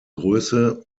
größe